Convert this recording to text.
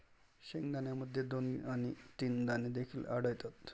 शेंगदाण्यामध्ये दोन आणि तीन दाणे देखील आढळतात